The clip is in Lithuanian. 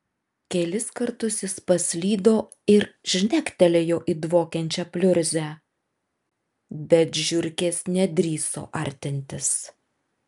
kelis kartus jis paslydo ir žnektelėjo į dvokiančią pliurzę bet žiurkės nedrįso artintis